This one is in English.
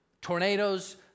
Tornadoes